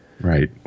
right